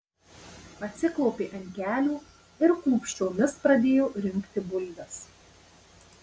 atsiklaupė ant kelių ir klūpsčiomis pradėjo rinkti bulves